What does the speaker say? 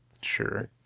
Sure